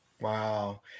Wow